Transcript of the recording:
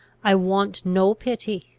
i want no pity.